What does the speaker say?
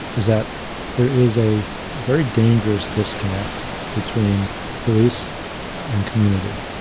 is that there is a very dangerous disconnect between police and community.